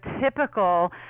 typical